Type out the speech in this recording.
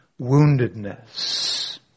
woundedness